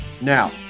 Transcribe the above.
Now